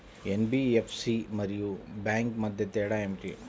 NBFC మరియు bank మధ్య తేడా ఏమిటి?